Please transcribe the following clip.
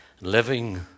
living